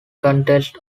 context